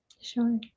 Sure